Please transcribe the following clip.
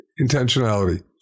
intentionality